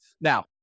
Now